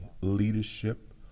leadership